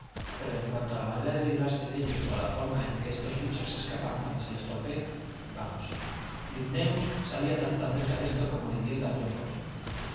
pero en cuanto a la manera de librarse de ellos o a la forma en que estos bichos escapan cuando se les golpea vamos linneus sabía tanto acerca de esto como el idiota john